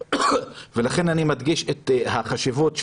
לכן אני מדגיש את החשיבות.